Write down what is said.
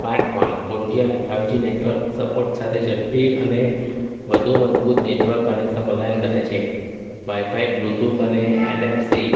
smart phone four G અને five G network support સાથે ઝડપી અને વધુ મજબૂત નેટવર્ક કનેક્શન પ્રદાન કરે છે વાઇફાઈ બ્લૂટૂથ અને એન એફ સી